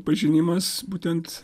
pažinimas būtent